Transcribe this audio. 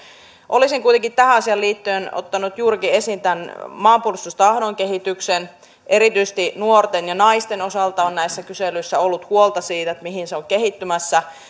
olisin kuitenkin tähän asiaan liittyen ottanut juurikin esiin maanpuolustustahdon kehityksen erityisesti nuorten ja naisten osalta on näissä kyselyissä ollut huolta siitä mihin se on kehittymässä